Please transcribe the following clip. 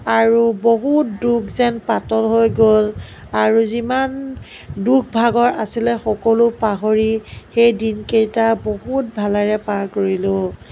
আৰু বহুত দুখ যেন পাতল হৈ গ'ল আৰু যিমান দুখ ভাগৰ আছিলে সকলো পাহৰি সেই দিনকেইটা বহুত ভালেৰে পাৰ কৰিলোঁ